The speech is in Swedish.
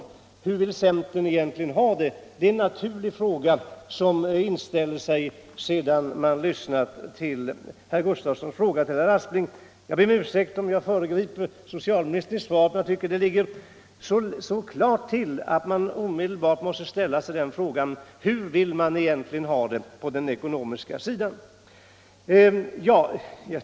Hur vill centern egentligen ha det? Det är en fråga som naturligen inställer sig sedan man lyssnat på vad herr Gustavsson sade till herr Aspling. — Jag ber om ursäkt om jag föregriper socialministerns svar, men jag tycker att det hela ligger så klart till att man omedelbart måste ställa frågan: Hur vill centern egentligen ha det på den ekonomiska sidan?